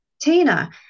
Tina